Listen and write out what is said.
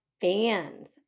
fans